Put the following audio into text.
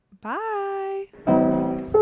bye